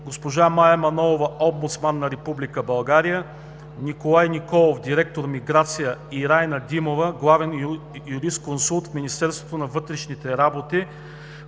Мая Манолова – омбудсман на Република България, Николай Николов – директор „Миграция“, и Райна Димова – главен юристконсулт в Министерство на вътрешните работи,